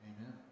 Amen